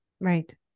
right